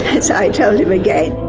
and so i told him again.